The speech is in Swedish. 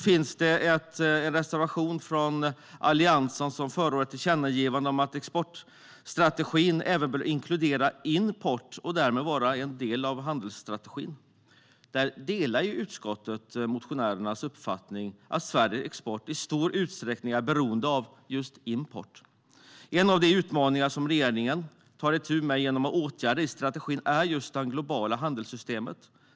En reservation från Alliansen förordar ett tillkännagivande om att exportstrategin även bör inkludera import och därmed vara en del av handelsstrategin. Utskottet delar uppfattningen att Sveriges export i stor utsträckning är beroende av just import. En av de utmaningar som regeringen tar itu med genom åtgärderna i strategin är just det globala handelssystemet.